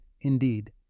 indeed